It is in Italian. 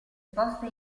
poste